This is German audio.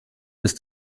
ist